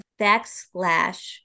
backslash